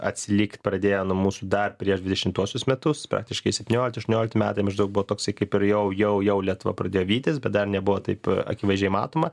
atsilikt pradėjo nuo mūsų dar prieš dvidešimtuosius metus praktiškai septyniolikti aštuoniolikti metai maždaug buvo toksai kaip ir jau jau jau lietuva pradėjo vytis bet dar nebuvo taip akivaizdžiai matoma